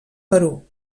perú